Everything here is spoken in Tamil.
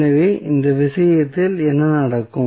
எனவே அந்த விஷயத்தில் என்ன நடக்கும்